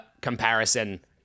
comparison